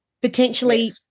potentially